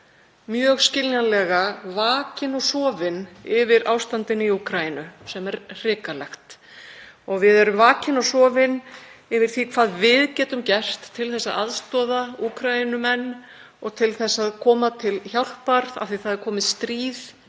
mjög skiljanlega, vakin og sofin yfir ástandinu í Úkraínu sem er hrikalegt. Við erum vakin og sofin yfir því hvað við getum gert til að aðstoða Úkraínumenn og til að koma til hjálpar af því að það er komið stríð